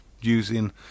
using